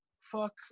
fuck